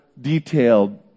detailed